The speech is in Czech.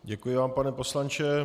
Děkuji vám, pane poslanče.